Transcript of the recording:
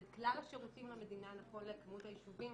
את כלל השירותים למדינה נכון לכמות היישובים.